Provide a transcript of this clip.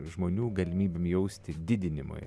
žmonių galimybėm jaustis didinimui